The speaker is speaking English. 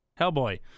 Hellboy